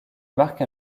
marque